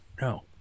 No